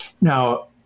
Now